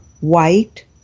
white